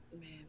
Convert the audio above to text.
Man